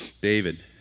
David